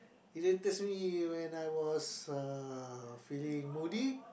irritates me when I was uh feeling moody